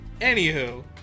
Anywho